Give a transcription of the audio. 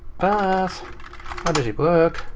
path. how does it work?